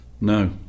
No